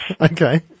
Okay